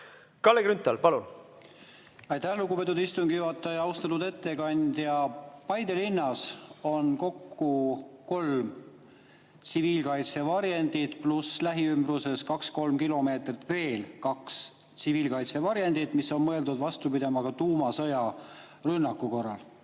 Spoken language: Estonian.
Kalle Grünthal, palun! Aitäh, lugupeetud istungi juhataja! Austatud ettekandja! Paide linnas on kokku kolm tsiviilkaitsevarjendit pluss lähiümbruses, kaks-kolm kilomeetrit, veel kaks tsiviilkaitsevarjendit, mis on mõeldud vastu pidama ka tuumarünnaku korral.